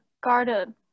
Garden